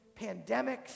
pandemics